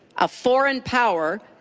a foreign power,